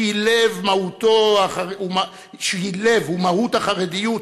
שהיא לב ומהות החרדיות,